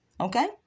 okay